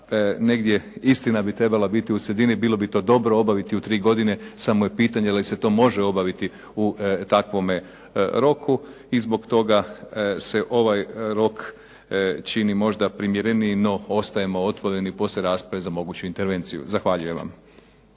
negdje istina bi trebala biti u sredini. Bilo bi to dobro obaviti u 3 godine, samo je pitanje je li se to može obaviti u takvome roku i zbog toga se ovaj rok čini možda primjereniji no ostajemo otvoreni poslije rasprave za moguću intervenciju. Zahvaljujem vam.